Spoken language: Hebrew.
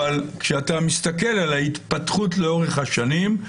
אבל כשאתה מסתכל על ההתפתחות לאורך השנים,